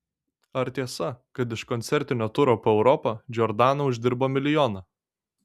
ar tiesa kad iš koncertinio turo po europą džordana uždirbo milijoną